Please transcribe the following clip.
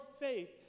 faith